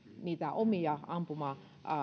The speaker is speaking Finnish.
niitä omia ampumaratapaikkojaan